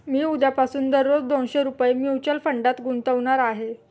मी उद्यापासून दररोज दोनशे रुपये म्युच्युअल फंडात गुंतवणार आहे